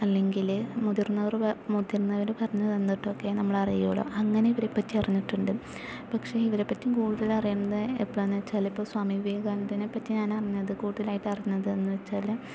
അല്ലെങ്കില് മുതിർന്നവര് മുതിർന്നവര് പറഞ്ഞ് തന്നിട്ടൊക്കെ നമ്മളറിയുമല്ലോ അങ്ങനിവരെപ്പറ്റി അറിഞ്ഞിട്ടുണ്ട് പക്ഷേ ഇവരെപ്പറ്റി കൂടുതൽ അറിയുന്നത് എപ്പോഴാണെന്ന് വെച്ചാല് ഇപ്പോൾ സ്വാമി വിവേകാനന്ദനെപ്പറ്റി ഞാൻ അറിഞ്ഞത് കൂടുതലായിട്ടറിഞ്ഞത് എന്ന് വെച്ചാല്